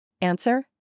Answer